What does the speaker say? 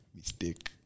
Mistake